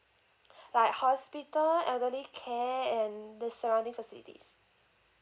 like hospital elderly care and the surrounding facilities